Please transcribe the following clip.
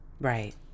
Right